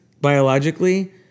biologically